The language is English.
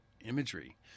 imagery